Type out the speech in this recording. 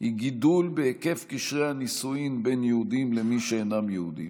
היא גידול בהיקף קשרי הנישואים בין יהודים למי שאינם יהודים.